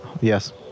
Yes